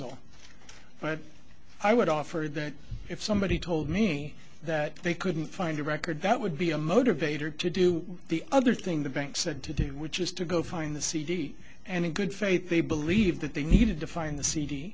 refusal but i would offer that if somebody told me that they couldn't find a record that would be a motivator to do the other thing the bank said today which is to go find the cd and in good faith they believe that they needed to find the c